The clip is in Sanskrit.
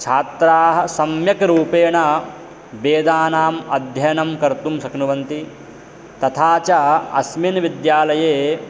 छात्राः सम्यक् रूपेण वेदानाम् अध्ययनं कर्तुं शक्नुवन्ति तथा च अस्मिन् विद्यालये